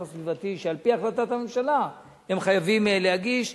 הסביבתי שעל-פי החלטת הממשלה הם חייבים להגיש,